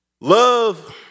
Love